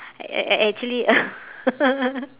ac~ ac~ actually